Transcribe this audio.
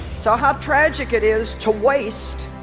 so how tragic it is to waste